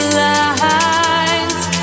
lines